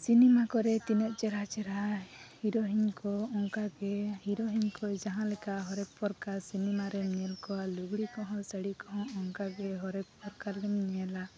cinema ᱠᱚᱨᱮ ᱛᱤᱱᱟᱹᱜ ᱪᱮᱦᱨᱟ ᱪᱮᱦᱨᱟ ᱦᱤᱨᱳᱭᱤᱱ ᱠᱚ ᱚᱱᱠᱟ ᱜᱮ ᱦᱤᱨᱳᱭᱤᱱ ᱠᱚ ᱡᱟᱦᱟᱸ ᱞᱮᱠᱟ ᱦᱚᱨᱮᱠ ᱯᱚᱨᱠᱟᱨ ᱥᱤᱱᱮᱢᱟ ᱨᱮᱢ ᱧᱮᱞ ᱠᱚᱣᱟ ᱞᱩᱜᱽᱲᱤ ᱠᱚᱦᱚᱸ ᱥᱟᱹᱲᱤ ᱠᱚᱦᱚᱸ ᱚᱱᱠᱟᱜᱮ ᱦᱚᱨᱮᱠ ᱯᱚᱨᱠᱟᱨᱜᱮᱢ ᱧᱮᱞᱟ